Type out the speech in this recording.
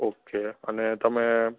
okay અને તમે